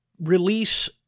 release